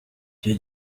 icyo